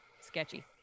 sketchy